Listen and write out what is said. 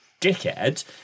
dickhead